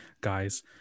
guys